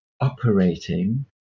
operating